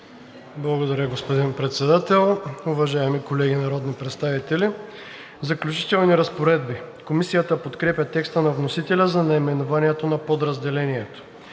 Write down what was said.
Благодаря, господин Председател. Уважаеми колеги народни представители! „Заключителни разпоредби“. Комисията подкрепя текста на вносителя за наименованието на подразделението.